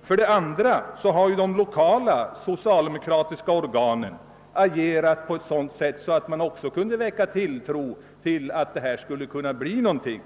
Dessutom har de lokala socialdemokratiska organen agerat på ett sådant sätt att det kunde väcka tilltro till att det skulle bli någonting.